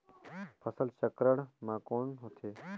फसल चक्रण मा कौन होथे?